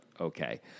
okay